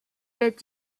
est